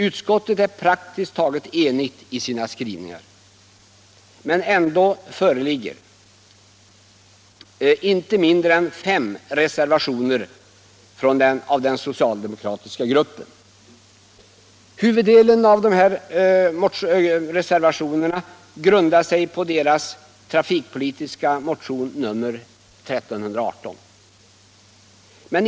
Utskottet är praktiskt taget enigt i sina skrivningar, men ändå föreligger det inte mindre än fem reservationer från den socialdemokratiska gruppen. Huvuddelen av dessa reservationer grundar sig på socialdemokraternas trafikpolitiska motion nr 1318.